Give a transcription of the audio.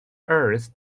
earth